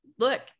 look